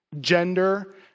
gender